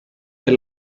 per